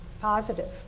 Positive